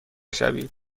شوید